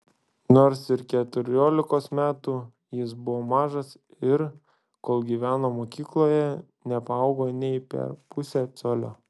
nors ir keturiolikos metų jis buvo mažas ir kol gyveno mokykloje nepaaugo nė per pusę colio